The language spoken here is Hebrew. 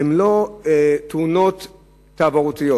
הן לא תאונות תעבורתיות.